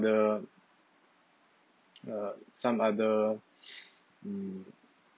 other uh some other uh